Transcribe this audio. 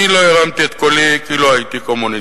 אני לא הרמתי את קולי, כי לא הייתי קומוניסט.